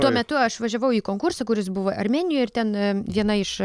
tuo metu aš važiavau į konkursą kuris buvo armėnijoj ir ten viena iš